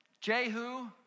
Jehu